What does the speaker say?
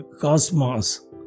cosmos